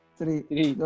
three